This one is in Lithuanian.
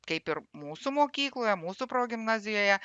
kaip ir mūsų mokykloje mūsų progimnazijoje